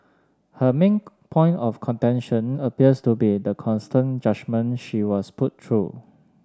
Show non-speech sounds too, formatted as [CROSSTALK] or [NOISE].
her main [UNINTELLIGIBLE] point of contention appears to be the constant judgement she was put through